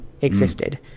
existed